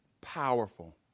powerful